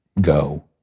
go